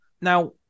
now